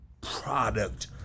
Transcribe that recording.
product